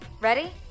Ready